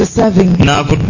serving